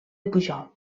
pujol